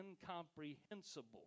incomprehensible